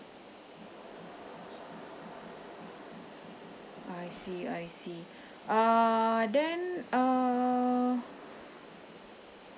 I see I see uh then uh